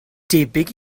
debyg